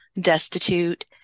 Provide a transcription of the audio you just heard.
destitute